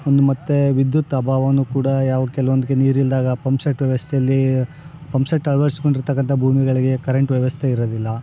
ಒಂದು ಮತ್ತು ವಿದ್ಯುತ್ ಅಭಾವ ಕೂಡ ಯಾವ್ದೆ ಕೆಲವೊಂದಕ್ಕೆ ನೀರಿಲ್ದಾಗ ಪಂಪ್ಸೆಟ್ ವ್ಯವಸ್ಥೇಲಿ ಪಂಪ್ಸೆಟ್ ಅಳ್ವಡಿಸ್ಕೊಂಡಿರ್ತಕ್ಕಂಥ ಭೂಮಿಗಳಿಗೆ ಕರೆಂಟ್ ವ್ಯವಸ್ಥೆ ಇರೋದಿಲ್ಲ